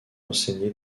enseigné